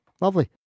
Lovely